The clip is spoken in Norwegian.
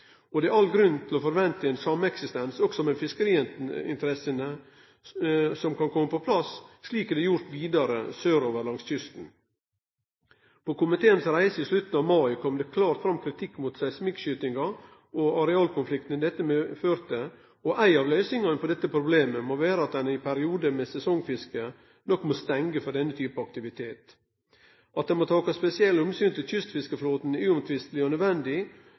Det er òg all grunn til å forvente at sameksistens med fiskeriinteressene også kan kome på plass, slik det er gjort vidare sørover langs kysten. På komiteens reise i slutten av mai kom det klart fram kritikk mot seismikkskytinga og arealkonfliktane dette medførte. Ei løysing på dette problemet må vere at ein i periodar med sesongfiske stengjer for denne typen aktivitet. At ein må ta spesielle omsyn til kystfiskeflåten, er uomtvisteleg og nødvendig